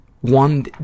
one